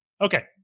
Okay